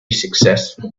successful